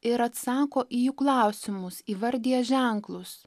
ir atsako į jų klausimus įvardija ženklus